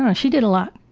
um she did a lot